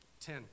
Ten